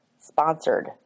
Sponsored